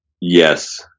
Yes